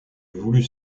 voulu